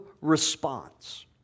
response